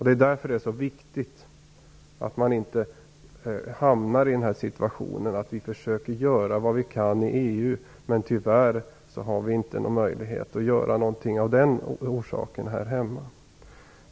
Därför är det så viktigt att inte hamna situationen att vi försöker göra vad vi kan i EU men att vi tyvärr av den orsaken inte får någon möjlighet att göra något här hemma.